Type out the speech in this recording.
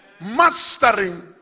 Mastering